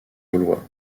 gaulois